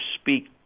speak